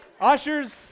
Ushers